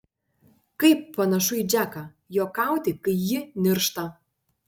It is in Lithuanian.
kaip panašu į džeką juokauti kai ji niršta